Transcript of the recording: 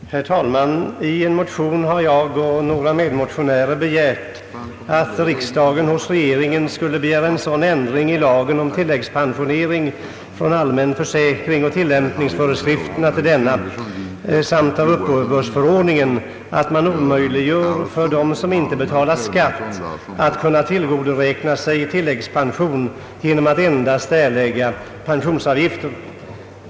Herr talman! I en motion har jag begärt att riksdagen hos regeringen skall hemställa om en sådan ändring i lagen om tilläggspensionering från allmän försäkring och tillämpningsföreskrifterna till denna samt i uppbördsförordningen, att man omöjliggör för dem som inte betalar skatt att kunna tillgodoräkna sig tilläggspension genom att endast erlägga pensionsavgiften.